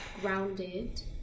grounded